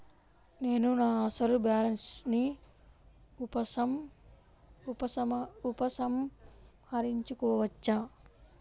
నేను నా అసలు బాలన్స్ ని ఉపసంహరించుకోవచ్చా?